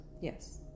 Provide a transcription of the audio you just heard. Yes